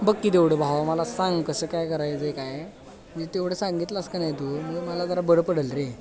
बघ की तेवढं भावा मला सांग कसं काय करायचं आहे काय म्हणजे तेवढं सांगितलंस का नाही तू म्हणजे मला जरा बरं पडेल रे